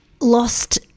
lost